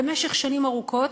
במשך שנים ארוכות,